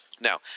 Now